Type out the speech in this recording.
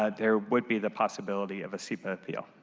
ah there would be the possibility of a sepa appeal.